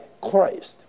Christ